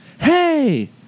Hey